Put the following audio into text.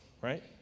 right